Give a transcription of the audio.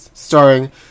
Starring